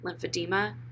lymphedema